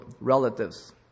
relatives